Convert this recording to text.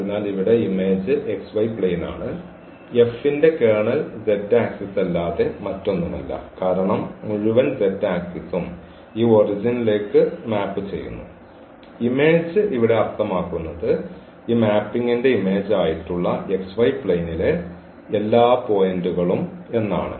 അതിനാൽ ഇവിടെ image xy plane ആണ് F ന്റെ കേർണൽ z ആക്സിസ് അല്ലാതെ മറ്റൊന്നുമല്ല കാരണം മുഴുവൻ z ആക്സിസും ഈ ഒറിജിൻലേക്ക് മാപ്പിംഗ് ചെയ്യുന്നു ഇമേജ് ഇവിടെ അർത്ഥമാക്കുന്നത് ഈ മാപ്പിംഗിന്റെ ഇമേജ് ആയിട്ടുള്ള xy പ്ലെയിൻലെ എല്ലാ പോയിന്റുകളും എന്നാണ്